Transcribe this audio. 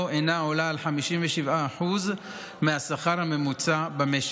אינה עולה על 57% מהשכר הממוצע במשק,